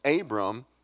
Abram